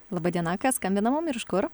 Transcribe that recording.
laba diena kas skambina mum ir iš kur